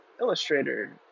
Illustrator